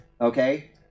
okay